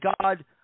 God